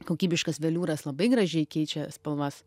kokybiškas veliūras labai gražiai keičia spalvas